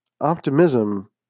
optimism